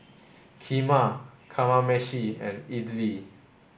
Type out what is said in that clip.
Kheema Kamameshi and Idili